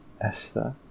Esther